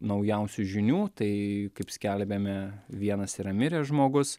naujausių žinių tai kaip skelbėme vienas yra miręs žmogus